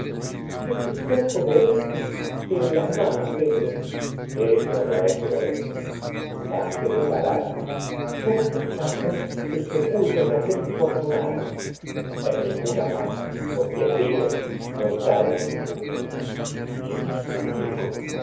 si es el cuerpo de orestes que en las manos tengo orestes bra electra eso no es de orestes más que de pala dónde está pues el sepulcro de aquel infortunado orestes el en ninguna parte pues quien vive no está en sepulcro electra qué dices hijo